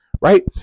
right